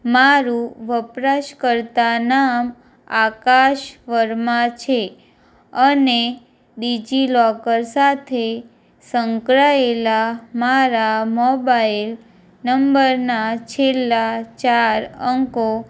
મારું વપરાશકર્તા નામ આકાશ વર્મા છે અને ડિજિલોકર સાથે સંકળાયેલા મારા મોબાઇલ નંબરના છેલ્લા ચાર અંકો